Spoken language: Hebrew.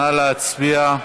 נא להצביע.